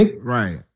Right